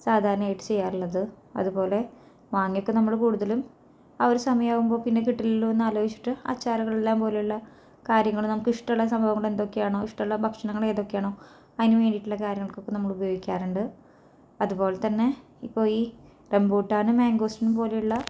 സാധാരണയായിട്ട് ചെയ്യാറുള്ളത് അതുപോലെ മാങ്ങയൊക്കെ നമ്മള് കൂടുതലും ആ ഒരു സമയം ആകുമ്പോൾ പിന്നെ കിട്ടില്ലല്ലോ എന്ന് ആലോചിച്ചിട്ട് അച്ചാറ്കളെല്ലാം പോലുള്ള കാര്യങ്ങള് നമുക്ക് ഇഷ്ടമുള്ള സംഭവങ്ങളെന്തൊക്കെയാണോ ഇഷ്ടമുള്ള ഭക്ഷണങ്ങളേതൊക്കെയാണോ അതിന് വേണ്ടിയിട്ടുള്ള കാര്യങ്ങൾക്കൊക്കെ നമ്മളുപയോഗിക്കാറുണ്ട് അതുപോലെ തന്നെ ഇപ്പം ഈ റംബൂട്ടാനും മാങ്കോസ്റ്റീൻ പോലെ ഉള്ള